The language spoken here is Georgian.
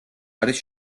არის